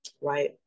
right